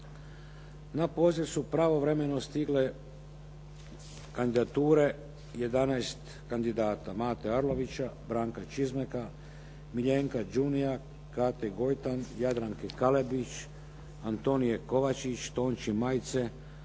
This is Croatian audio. Na poziv su pravovremeno stigle kandidature 11 kandidata Mate Arlovića, Branka Čizmeka, Miljenka Đunija, Kate Gojtan, Jadranke Kalebić, Antonije Kovačić, Tonči Majice,